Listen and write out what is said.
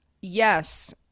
yes